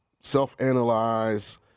self-analyze